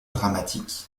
dramatique